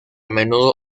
menudo